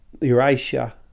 Eurasia